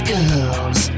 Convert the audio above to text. Girls